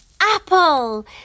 apple